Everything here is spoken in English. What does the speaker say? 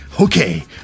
okay